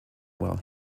while